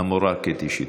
המורה קטי שטרית.